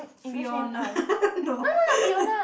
Fiona no